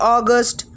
August